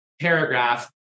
paragraph